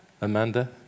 Amanda